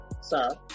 sir